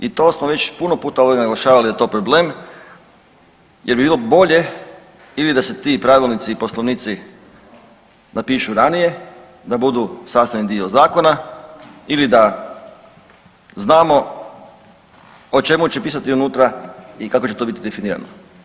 I to smo već puno puta ovdje naglašavali da je to problem jer bi bilo bolje ili da se ti pravilnici i poslovnici napišu ranije da budu sastavni dio zakona ili da znamo o čemu će pisati unutra i kako će to biti definirano.